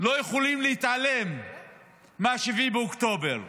לא יכולים להתעלם מ-7 באוקטובר,